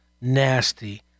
nasty